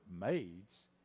maids